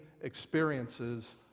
experiences